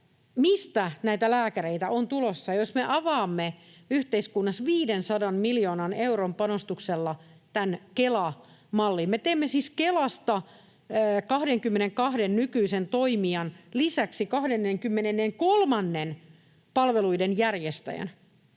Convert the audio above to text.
mistä näitä lääkäreitä on tulossa, jos me avaamme yhteiskunnassa 500 miljoonan euron panostuksella tämän Kela-mallimme. Me teemme siis Kelasta 22 nykyisen toimijan lisäksi 23. palveluiden järjestäjän,